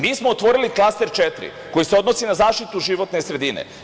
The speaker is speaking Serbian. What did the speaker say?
Mi smo otvorili klaster 4 koji se odnosi na zaštitu životne sredine.